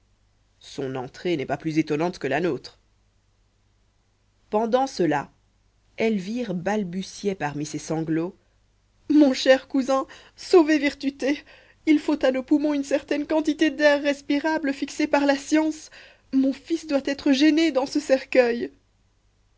son entrée n'est pas plus étonnante que la nôtre pendant cela elvire balbutiait parmi ses sanglots mon cher cousin sauvez virtuté il faut à nos poumons une certaine quantité d'air respirable fixée par la science mon fils doit être gêné dans ce cercueil